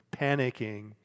panicking